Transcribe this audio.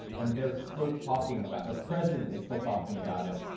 and they're still talking about, the president is still talking about it.